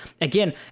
again